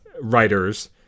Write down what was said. Writers